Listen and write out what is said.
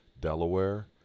Delaware